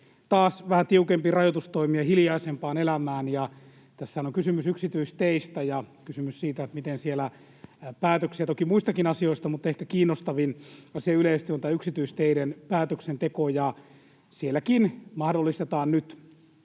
taas vähän tiukempiin rajoitustoimiin ja hiljaisempaan elämään. Tässähän on kysymys yksityisteistä ja siitä, miten siellä tehdään päätöksiä — toki muistakin asioista, mutta ehkä kiinnostavin asia yleisesti on tämä yksityisteiden päätöksenteko. Sielläkin mahdollistetaan nyt